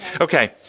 Okay